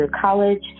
college